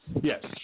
Yes